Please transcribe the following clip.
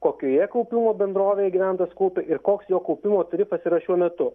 kokioje kaupimo bendrovėj gyventojas kaupia ir koks jo kaupimo tarifas yra šiuo metu